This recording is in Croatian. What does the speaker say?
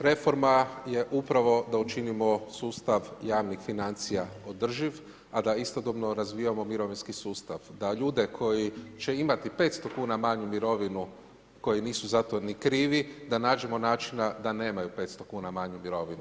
Reforma je upravo da učinimo sustav javnih financija održiv, a da istodobno razvijamo mirovinski sustav, da ljude koji će imati 500 kuna manju mirovinu koji nisu za to ni krivi, da nađemo načina da nemaju 500 kuna manju mirovinu.